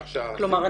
כלומר,